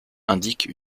indique